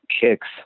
kicks